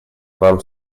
вам